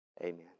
Amen